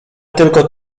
tylko